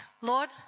Lord